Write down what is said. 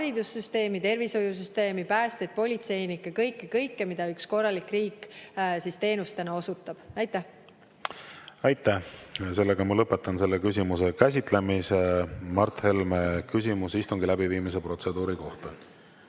haridussüsteemi, tervishoiusüsteemi, päästjaid, politseinikke, kõike, kõike, mida üks korralik riik teenusena osutab. Aitäh! Ma lõpetan selle küsimuse käsitlemise. Mart Helme, küsimus istungi läbiviimise protseduuri kohta.